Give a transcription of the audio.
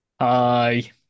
Hi